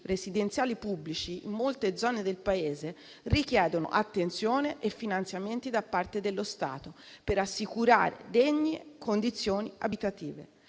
residenziali pubblici in molte zone del Paese richiede attenzione e finanziamenti da parte dello Stato, per assicurare degne condizioni abitative.